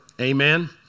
Amen